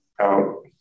out